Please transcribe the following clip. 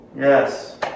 Yes